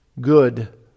good